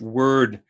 word